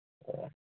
ꯑꯣ